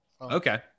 Okay